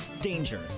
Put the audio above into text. danger